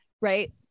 right